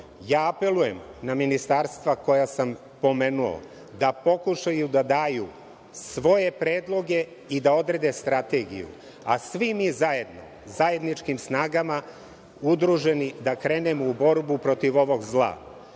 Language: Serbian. problem. Apelujem na ministarstva koja sam pomenuo da pokušaju da daju svoje predloge i da odrede strategiju, a svi mi zajedno, zajedničkim snagama, udruženi da krenemo u borbu protiv ovog zla.